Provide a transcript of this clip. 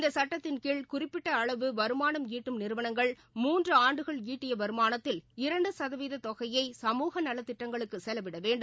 இந்த சட்டத்தின் கீழ் குறிப்பிட்ட அளவு வருமானம் ஈட்டும் நிறுவனங்கள் மூன்று ஆண்டுகள் ஈட்டிய வருமானத்தில் இரண்டு சதவீதத் தொகையை சமூக நலத்திட்டங்களுக்கு செலவிட வேண்டும்